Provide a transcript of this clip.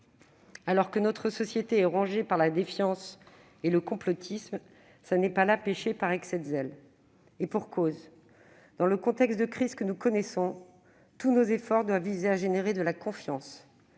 Alors que notre société est rongée par la défiance et le complotisme, souligner cette rigueur n'est pas pécher par excès de zèle, et pour cause : dans le contexte de crise que nous connaissons, tous nos efforts doivent viser à créer de la confiance,